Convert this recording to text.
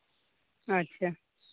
ᱟᱪᱪᱷᱟ